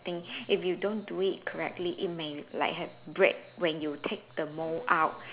of thing if you don't do it correctly it may like have break when you take the mold out